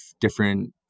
different